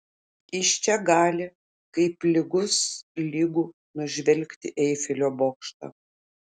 iš čia gali kaip lygus lygų nužvelgti eifelio bokštą